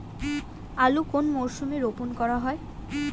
আলু কোন মরশুমে রোপণ করা হয়?